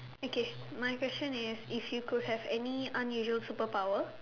okay my question is if you could have any unusual superpower